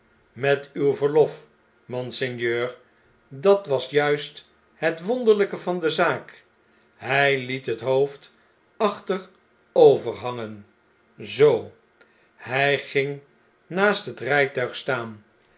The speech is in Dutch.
met uw verlof monseigneur dat was juist het wonderlpe van de zaak hjj liet het hoofd achteroverhangen zoo hjj ging naast het rijtuig staan